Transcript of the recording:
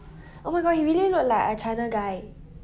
oh my god he really look like a china guy